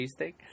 cheesesteak